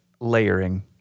layering